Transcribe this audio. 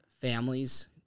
families